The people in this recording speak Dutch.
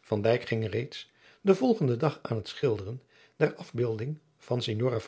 van dijk ging reeds den volgenden dag aan het schilderen der afbeelding van signora